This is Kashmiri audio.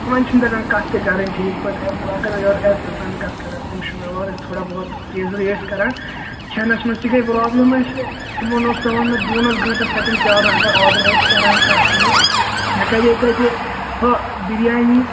یِمَن چھِنہٕ تَگان کتھ تہِ کَرٕنۍ ٹھیٖک پٲٹھۍ ہَے بہٕ اگَرے یورٕ عزتہٕ سان کتھ کران تِم چھِ وۅنۍ اورٕ تھوڑا بہت تیزرٕے ٲسۍ کران کھٮ۪نَس مَنٛز تہِ گے پرٛابلم اَسہِ تِمَن اوس پٮ۪وان مےٚ دوٗنَس گنٹس مےٚ تَتٮ۪ن پرٛارُن اگر آرڈر ٲسۍ کران کانٛہہ چیٖز مےٚ کَریے تَتہِ ہۄ بِریانی